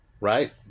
Right